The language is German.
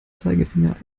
zeigefinger